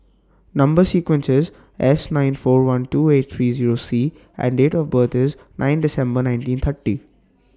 Number sequence IS S nine four one two eight three Zero C and Date of birth IS ninth December nineteen thirty